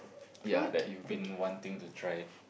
yea that you've been wanting to try